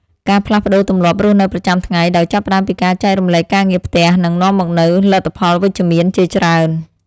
ការផ្លាស់ប្តូរទម្លាប់រស់នៅប្រចាំថ្ងៃដោយចាប់ផ្តើមពីការចែករំលែកការងារផ្ទះនឹងនាំមកនូវលទ្ធផលវិជ្ជមានជាច្រើន។